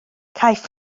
caiff